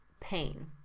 pain